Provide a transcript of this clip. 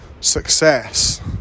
success